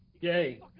Yay